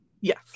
Yes